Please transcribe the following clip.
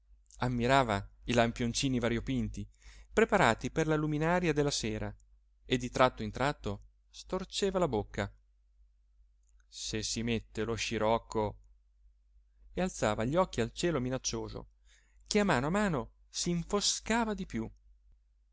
ammirava i lampioncini variopinti preparati per la luminaria della sera e di tratto in tratto storceva la bocca se si mette lo scirocco e alzava gli occhi al cielo minaccioso che a mano a mano s'infoscava di piú